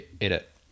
edit